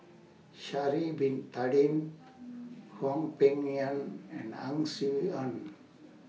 Sha'Ari Bin Tadin Hwang Peng Yuan and Ang Swee Aun